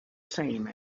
same